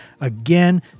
Again